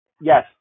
Yes